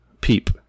Peep